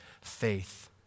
faith